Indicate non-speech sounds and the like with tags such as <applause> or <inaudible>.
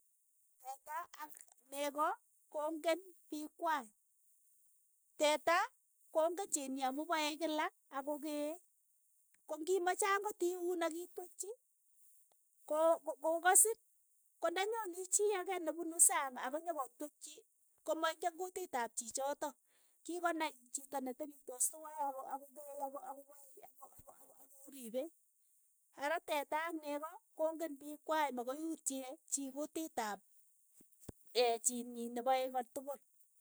Teta ak neko kong'en piik kwai, teta kong'en chiit nyi amu pae kila ako keei, ko ng'imache ang'ot iuun akitwekchi ko- ko- kasiin, ko ndanyoni chii ake ne punu saang ako nyokotwekchi, ko maingen kutit ap chiichotok, kikonai chito netepitos twai ako- ako keei ako- ako pae ako- ako- ako riipei, ara teta ak neko ko ng'en piik kwai makoi utye chii kutiit ap <hesitation> chiit nyi nepae kotukul.